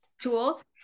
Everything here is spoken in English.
tools